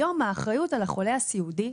היום האחריות על החולה הסיעודי,